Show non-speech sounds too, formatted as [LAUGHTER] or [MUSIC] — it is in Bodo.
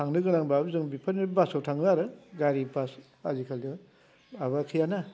थांनो गोनांब्ला जों बिफोरनो बासाव थाङो आरो गारि बास आजिखालि [UNINTELLIGIBLE]